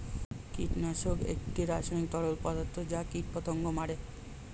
কীটনাশক একটি রাসায়নিক তরল পদার্থ যা কীটপতঙ্গ মারে